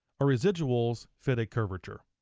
our residuals fit a curvature.